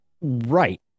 Right